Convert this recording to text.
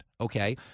Okay